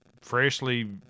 freshly